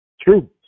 True